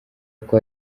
uko